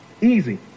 Easy